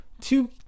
two